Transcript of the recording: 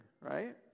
right